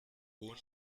ohne